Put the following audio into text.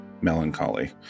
melancholy